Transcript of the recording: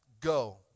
go